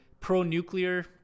pro-nuclear